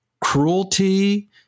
cruelty